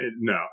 No